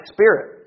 Spirit